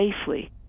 safely